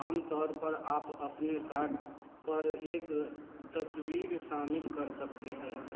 आम तौर पर आप अपने कार्ड पर एक तस्वीर शामिल कर सकते हैं